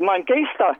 man keista